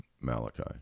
Malachi